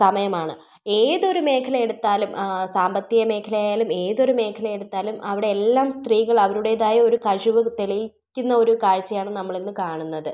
സമയമാണ് ഏതൊരു മേഖല എടുത്താലും സാമ്പത്തിക മേഖല ആയാലും ഏതൊരു മേഖല എടുത്താലും അവിടെയെല്ലാം സ്ത്രീകൾ അവരുടേതായ ഒരു കഴിവ് തെളിയിക്കുന്ന ഒരു കാഴ്ചയാണ് നമ്മൾ ഇന്ന് കാണുന്നത്